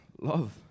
love